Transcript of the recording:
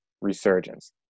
resurgence